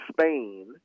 Spain